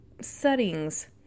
settings